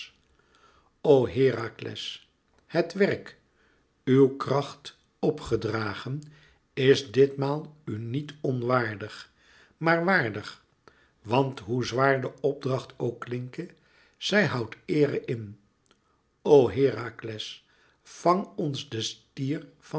o herakles het werk uw kracht op gedragen is ditmaal u niet onwaardig maar waardig want hoe zwaar de opdracht ook klinke zij houdt eere in o herakles vang ons den stier